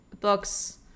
books